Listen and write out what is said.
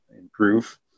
improve